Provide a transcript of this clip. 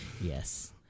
Yes